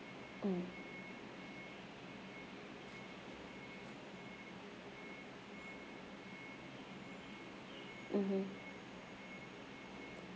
mm mmhmm